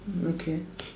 okay